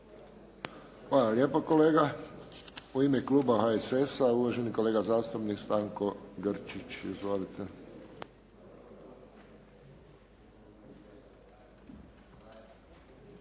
Hvala lijepo kolega. U ime kluba HSS-a, uvaženi kolega zastupnik Stanko Grčić. Izvolite.